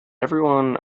everyone